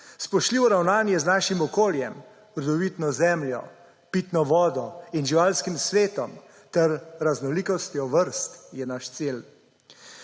Spoštljivo ravnanje z našim okoljem, rodovitno zemljo, pitno vodo in živalskim svetom ter raznolikostjo vrst je naš cilj.